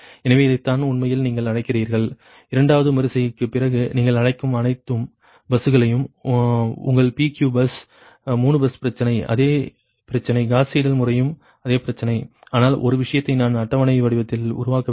எனவே இதைத்தான் உண்மையில் நீங்கள் அழைக்கிறீர்கள் இரண்டாவது மறு செய்கைக்குப் பிறகு நீங்கள் அழைக்கும் அனைத்து பஸ்களையும் உங்கள் PQ பஸ் 3 பஸ் பிரச்சனை அதே பிரச்சனை காஸ் சீடல் முறையும் அதே பிரச்சனை ஆனால் ஒரு விஷயத்தை நான் அட்டவணை வடிவத்தில் உருவாக்கவில்லை